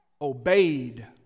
obeyed